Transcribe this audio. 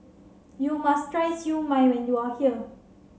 you must try Siew Mai when you are here